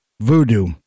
voodoo